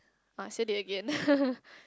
uh said it again